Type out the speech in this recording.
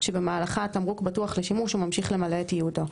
שבמהלכה התמרוק בטוח לשימוש וממשיך למלא את ייעודו,